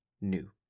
new